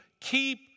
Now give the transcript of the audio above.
keep